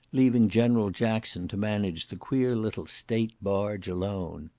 leaving general jackson to manage the queer little state barge alone.